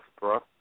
bro